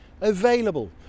available